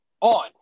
on